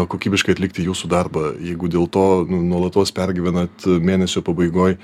kokybiškai atlikti jūsų darbą jeigu dėl to nuolatos pergyvenat mėnesio pabaigoj